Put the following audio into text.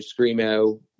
Screamo